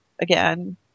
again